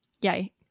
yay